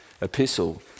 epistle